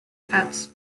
pets